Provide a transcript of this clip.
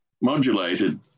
modulated